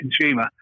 consumer